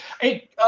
Hey